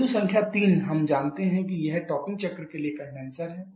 बिंदु संख्या 3 हम जानते हैं कि यह टॉपिंग चक्र के लिए कंडेनसर है